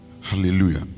Hallelujah